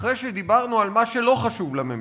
אחרי שדיברנו על מה שלא חשוב לממשלה: